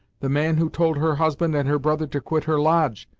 the man who told her husband and her brother to quit her lodge,